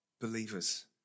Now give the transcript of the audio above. believers